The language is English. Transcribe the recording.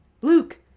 Luke